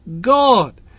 God